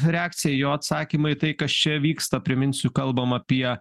reakcija jo atsakymai į tai kas čia vyksta priminsiu kalbam apie